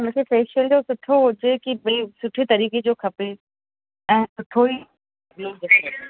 पर मूंखे फ़ेशियल जो सुठो हुजे की भई सुठे तरीक़े जो खपे ऐं सुठो ई ग्लो